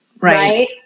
right